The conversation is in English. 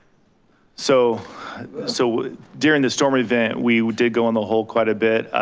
so so during the storm event, we did go in the hole quite a bit.